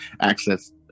access